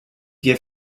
give